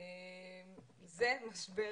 זה משבר